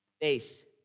faith